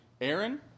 Aaron